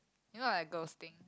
you know like girls thing